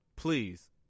Please